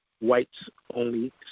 whites-only